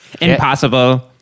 Impossible